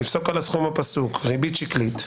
לפסוק על הסכום הפסוק ריבית שקלית או",